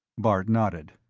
bart nodded.